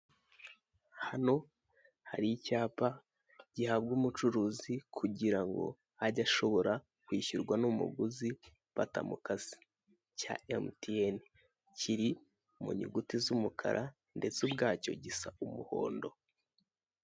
Hano hari icyapa gihabwa umucuruzi kugira ngo ajye ashobora kwishyurwa n'umuguzi batamukase cya emumutiyene. Kiri mu nyuguti z'umukara ndetse ubwacyo gisa umuhondo.